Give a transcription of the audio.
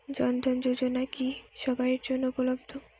জন ধন যোজনা কি সবায়ের জন্য উপলব্ধ?